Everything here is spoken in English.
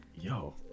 yo